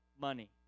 money